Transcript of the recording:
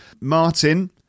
Martin